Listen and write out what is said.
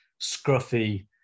scruffy